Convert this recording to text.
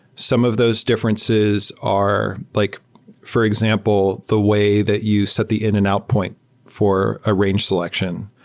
some of those differences are like for example, the way that you set the in-and-out point for a range selection,